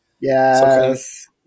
Yes